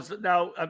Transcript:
now